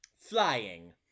flying